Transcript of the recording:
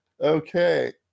Okay